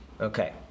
Okay